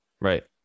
Right